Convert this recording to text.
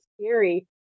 scary